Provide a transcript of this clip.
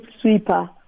sweeper